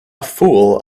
fool